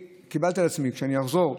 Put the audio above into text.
קיבלתי על עצמי שכשאני אחזור,